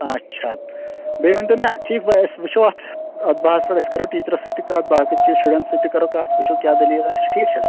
اچھا بیٚیہِ وۄنۍ تو مےٚ ٹھیٖک أسۍ وُچھواَتھ اَتھ بارَس منٛزأسۍ کَرو ٹیٖچرس سۭتۍ تہِ کَتھ باقٕے چیٖز شُرٮ۪ن سۭتۍ تہِ کَرو کَتھ وُچھو کیاہ دٔلیٖلَہ چھِ ٹھیٖک چھا